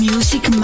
Music